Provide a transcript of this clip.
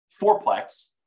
fourplex